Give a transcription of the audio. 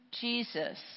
Jesus